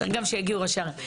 צריך שיגיעו גם ראשי הערים.